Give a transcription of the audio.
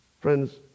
Friends